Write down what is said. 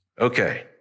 Okay